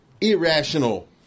irrational